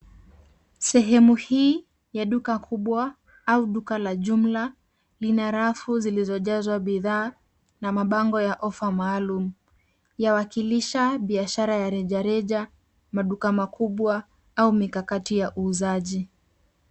Sehemu hii ya duka kubwa au duka la jumla lina rafu zilizojazwa bidhaa na mabango ya ofa maalum. Yawakilisha biashara ya rejareja, maduka makubwa au mikakati ya uuzaji.